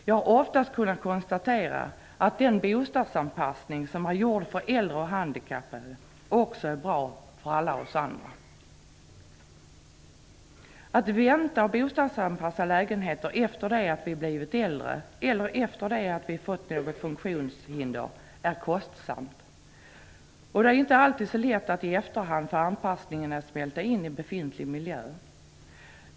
Jag har kunnat konstatera att den bostadsanpassning som är gjord för äldre och handikappade oftast också är bra för alla oss andra. Att vänta med att bostadsanpassa lägenheter till efter det att vi blivit äldre eller till efter det att vi fått något funktionshinder är kostsamt, och det är inte alltid så lätt att i efterhand få anpassningen att smälta in i befintlig miljö.